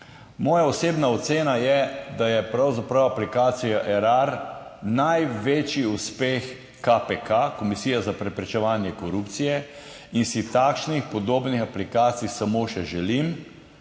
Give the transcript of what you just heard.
Moja osebna ocena je, da je pravzaprav aplikacija Erar največji uspeh KPK, Komisija za preprečevanje korupcije. In si takšnih podobnih aplikacij samo še želim,